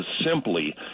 simply